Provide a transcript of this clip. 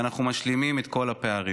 ואנחנו משלימים את כל הפערים.